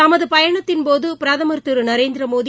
தமதுபயணத்தின் போதுபிரதமா் திருநரேந்திரமோடி